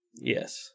Yes